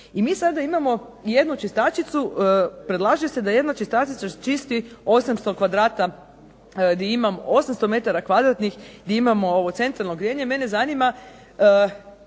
I mi sada imamo jednu čistačicu, predlaže se da jedna čistačica čisti 800 kvadrata, gdje